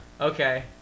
Okay